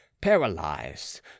paralyzed